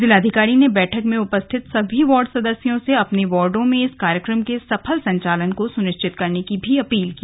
जिलाधिकारी ने बैठक में उपस्थित सभी वार्ड सदस्यों से अपने वार्डो में इस कार्यक्रम के सफल संचालन को सुनिश्चित करने की अपील की